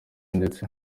ndetse